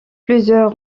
plusieurs